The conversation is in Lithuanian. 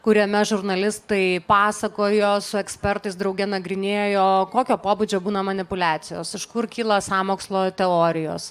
kuriame žurnalistai pasakojo su ekspertais drauge nagrinėjo kokio pobūdžio būna manipuliacijos iš kur kyla sąmokslo teorijos